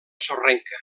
sorrenca